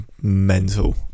mental